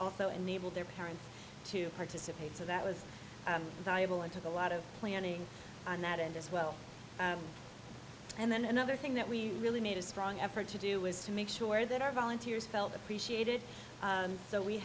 also enabled their parents to participate so that was valuable into the lot of planning on that end as well and then another thing that we really made a strong effort to do was to make sure that our volunteers felt appreciated and so we